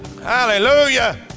Hallelujah